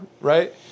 right